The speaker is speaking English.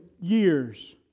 years